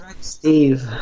Steve